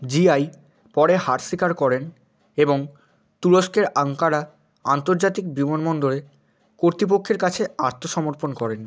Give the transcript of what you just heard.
GI পরে হার স্বীকার করেন এবং তুরস্কের আঙ্কারা আন্তর্জাতিক বিমানবন্দরে কর্তৃপক্ষের কাছে আত্মসমর্পণ করেন